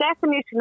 definition